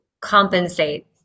compensate